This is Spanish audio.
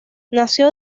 nació